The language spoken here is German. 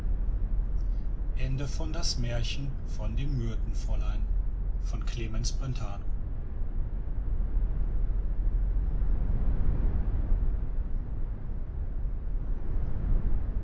das märchen von dem myrtenfräulein von clemens brentano